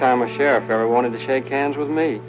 time a sheriff ever wanted to shake hands with me